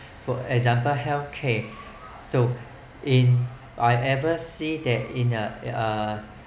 for example health care so in I ever see that in uh a